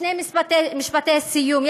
שני משפטי סיום.